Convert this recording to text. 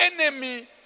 enemy